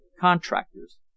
Contractors